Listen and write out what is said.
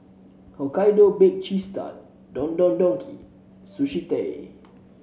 Hokkaido Baked Cheese Tart Don Don Donki Sushi Tei